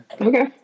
okay